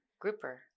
Grouper